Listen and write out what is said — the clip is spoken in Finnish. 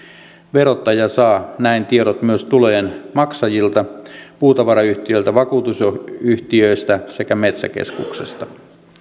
verottaja saa näin tiedot myös tulojen maksajilta puutavarayhtiöiltä vakuutusyhtiöistä sekä metsäkeskuksesta